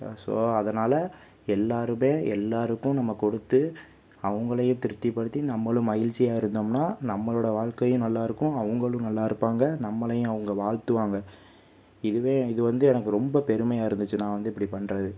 so அதனால் எல்லோருமே எல்லோருக்கும் நம்ப கொடுத்து அவங்களையும் திருப்திபடுத்தி நம்மளும் மகிழ்ச்சியாக இருந்தோம்னால் நம்மளோட வாழ்க்கையும் நல்லா இருக்கும் அவங்களும் நல்லா இருப்பாங்க நம்மளையும் அவங்கள் வாழ்த்துவாங்க இதுவே இது வந்து எனக்கு ரொம்ப பெருமையாக இருந்துச்சு நான் வந்து இப்படி பண்ணுறது